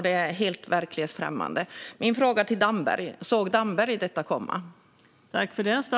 Det är helt verklighetsfrämmande. Min fråga till Mikael Damberg är: Såg Damberg detta komma?